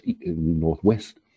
northwest